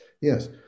Yes